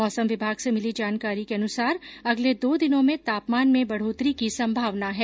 मौसम विभाग से मिली जानकारी के अनुसार अगले दो दिनों में तापमान में बढोतरी की संभावना है